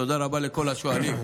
תודה רבה לכל השואלים.